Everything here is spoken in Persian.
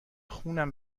خونم